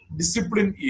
discipline